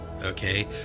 okay